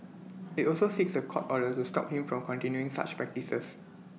IT also seeks A court order to stop him from continuing such practices